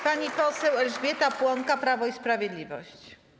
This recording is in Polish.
Pani poseł Elżbieta Płonka, Prawo i Sprawiedliwość.